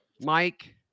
Mike